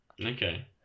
okay